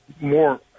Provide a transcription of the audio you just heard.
more